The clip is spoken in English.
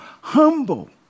humble